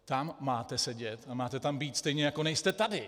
Tam máte sedět a máte tam být stejně jako nejste tady.